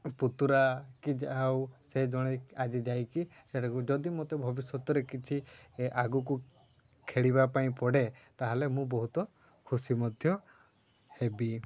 ପୁତୁରା କି ଆଉ ସେ ଜଣେ ଆଜି ଯାଇକି ସେଇଟାକୁ ଯଦି ମୋତେ ଭବିଷ୍ୟତରେ କିଛି ଆଗକୁ ଖେଳିବା ପାଇଁ ପଡ଼େ ତା'ହେଲେ ମୁଁ ବହୁତ ଖୁସି ମଧ୍ୟ ହେବି